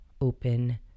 open